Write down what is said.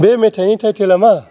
बे मेथाइनि टाइटेलआ मा